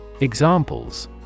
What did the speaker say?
Examples